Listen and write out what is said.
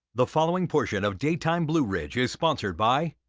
the following portion of daytime blue ridge is sponsored by.